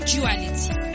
Duality